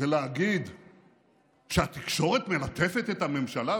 ולהגיד שהתקשורת מלטפת את הממשלה?